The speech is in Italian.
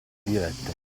dirette